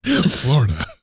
Florida